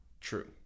True